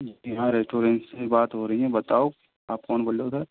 हाँ रेस्टोरेंट से बात हो रही है बताओ आप कौन बोल रहे हो सर